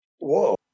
Whoa